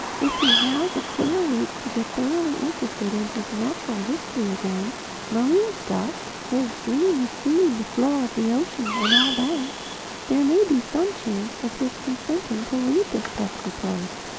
if he has a clear week to get thoroughly interested in his natural history again marine stuff, his dream of seeing the floor of the ocean and all that there may be some chance of his consenting to leave this pesky place.